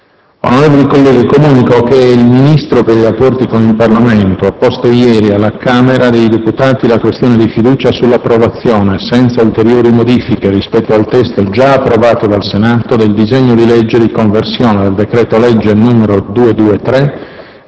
Onorevoli colleghi, comunico che il Ministro per i rapporti con il Parlamento ha posto ieri alla Camera dei deputati la questione di fiducia sull’approvazione, senza ulteriori modifiche rispetto al testo giaapprovato dal Senato, del disegno di legge di conversione del decreto-legge n. 223,